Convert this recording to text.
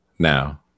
Now